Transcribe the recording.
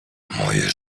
moje